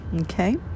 okay